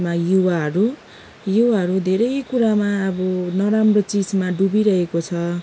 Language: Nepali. मा युवाहरू युवाहरू धेरै कुरामा अब नराम्रो चिजमा डुबिरहेको छ